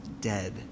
dead